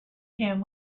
him